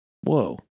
Whoa